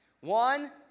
One